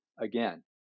again